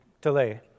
delay